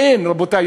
אין, רבותי.